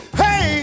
hey